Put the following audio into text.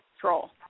control